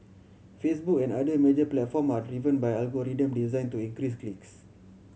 Facebook and other major platforms are driven by algorithms designed to increase clicks